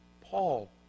Paul